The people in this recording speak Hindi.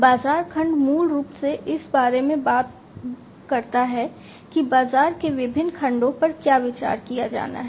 बाजार खंड मूल रूप से इस बारे में बात करता है कि बाजार के विभिन्न खंडों पर क्या विचार किया जाना है